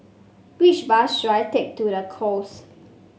which bus should I take to The Knolls